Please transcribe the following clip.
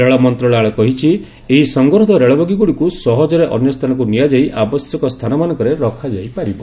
ରେଳମନ୍ତ୍ରଶାଳୟ କହିଛି ଏହି ସଙ୍ଗରୋଧ ରେଳବଗିଗୁଡିକୁ ସହଜରେ ଅନ୍ୟସ୍ଥାନକୁ ନିଆଯାଇ ଆବଶ୍ୟକ ସ୍ଥାନମାନଙ୍କରେ ରଖାଯାଇପାରିବ